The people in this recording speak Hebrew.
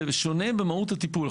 זה שונה במהות הטיפול.